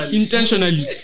intentionally